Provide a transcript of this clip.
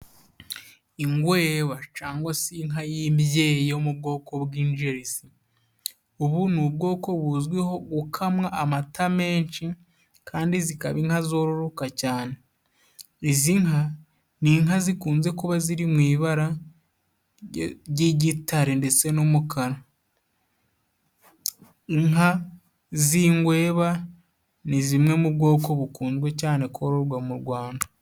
Ingweba cyangwa se inka y'imbyeyi yo mu bwoko bw'injerisi: Ubu ni ubwoko buzwiho gukamwa amata menshi kandi zikaba inka zororoka cyane. Izi nka ni inka zikunze kuba ziri mu ibara ry'igitare ndetse n'umukara. Inka z'ingweba ni zimwe mu bwoko bukunzwe cyane kororwa mu Rwanda.